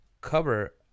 cover